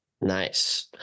nice